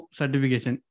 certification